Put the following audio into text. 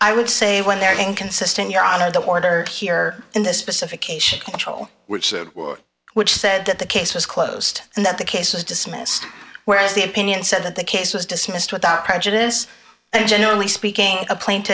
i would say when they're being consistent your honor the order here in the specific a should control which is which said that the case was closed and that the case was dismissed whereas the opinion said that the case was dismissed without prejudice and generally speaking a plaint